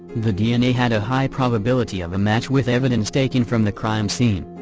the dna had a high probability of a match with evidence taken from the crime scene.